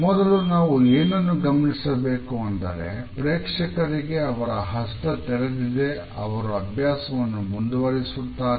ಮೊದಲು ನಾವು ಏನನ್ನು ಗಮನಿಸಬೇಕು ಅಂದರೆ ಪ್ರೇಕ್ಷಕರಿಗೆ ಅವರ ಹಸ್ತ ತೆರೆದಿದೆ ಅವರು ಅಭ್ಯಾಸವನ್ನು ಮುಂದುವರಿಸುತ್ತಾರೆ